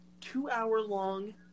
two-hour-long